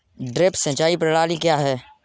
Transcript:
Drip सिंचाई प्रणाली क्या है?